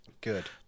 Good